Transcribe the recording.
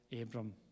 Abram